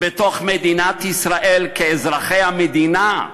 בתוך מדינת ישראל, כאזרחי המדינה.